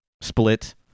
split